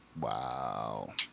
Wow